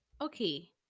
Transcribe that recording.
Okay